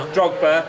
Drogba